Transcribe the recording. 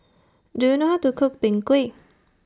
Do YOU know How to Cook Png Kueh